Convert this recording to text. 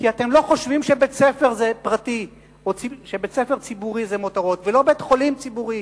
כי אתם לא חושבים שבית-ספר ציבורי זה מותרות ולא שבית-חולים ציבורי